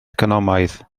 economaidd